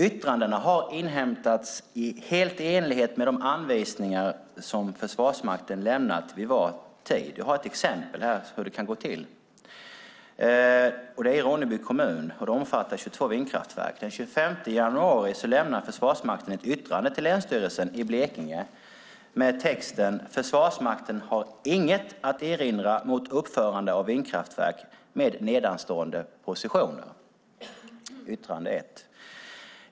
Yttrandena har inhämtats helt i enlighet med de anvisningar som Försvarsmakten lämnat vid var tid. Jag har ett exempel på hur det kan gå till. Det är i Ronneby kommun, och det omfattar 22 vindkraftverk. Den 25 januari lämnar Försvarsmakten ett yttrande till Länsstyrelsen i Blekinge län med texten: Försvarsmakten har inget att erinra mot uppförande av vindkraftverk med nedanstående positioner. Det var yttrande ett.